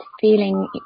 feeling